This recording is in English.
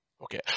Okay